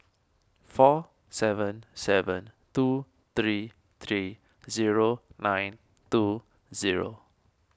four seven seven two three three zero nine two zero